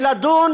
ולדון